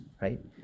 right